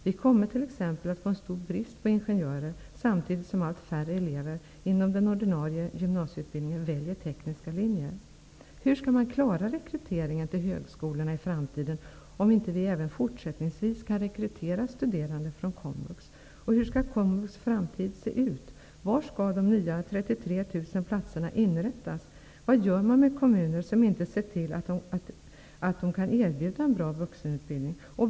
Vi kommer t.ex. att få en stor brist på ingenjörer, samtidigt som allt färre elever inom den ordinarie gymnasieutbildningen väljer tekniska linjer. Hur skall vi klara rekryteringen till högskolorna i framtiden, om vi inte även fortsättningsvis kan rekrytera studerande från komvux? 33 000 platserna inrättas? Vad gör man med kommuner som inte kan erbjuda en bra vuxenutbildning?